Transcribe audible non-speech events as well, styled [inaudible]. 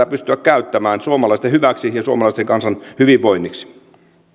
[unintelligible] pystyä käyttämään suomalaisten hyväksi ja suomalaisen kansan hyvinvoinniksi